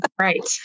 Right